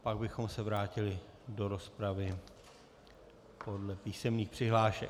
Pak bychom se vrátili do rozpravy podle písemných přihlášek.